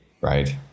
Right